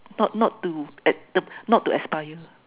not not to at not to expire